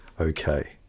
Okay